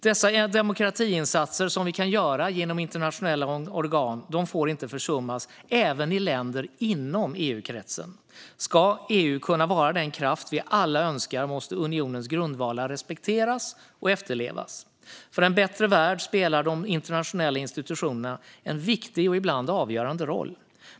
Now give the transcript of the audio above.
Dessa demokratiinsatser som vi kan göra genom internationella organ får inte försummas, även i länder inom EU-kretsen. Ska EU vara den kraft vi alla önskar måste unionens grundvalar respekteras och efterlevas. För en bättre värld spelar de internationella institutionerna en viktig och ibland avgörande roll.